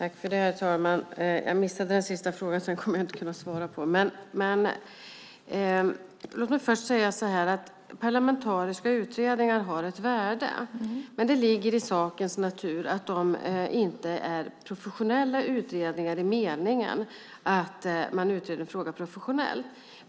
Herr talman! Jag missade den sista frågan, så den kommer jag inte att kunna svara på. Låt mig först säga att parlamentariska utredningar har ett värde. Men det ligger i sakens natur att de inte är professionella utredningar i den meningen att man utreder en fråga professionellt.